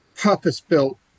purpose-built